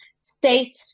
state